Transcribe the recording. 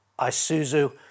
Isuzu